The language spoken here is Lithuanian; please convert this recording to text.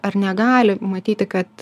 ar negali matyti kad